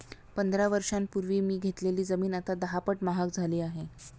पंधरा वर्षांपूर्वी मी घेतलेली जमीन आता दहापट महाग झाली आहे